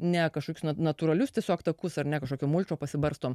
ne kažkokiu s natūralius tiesiog takus ar ne kažkokio pasibarstom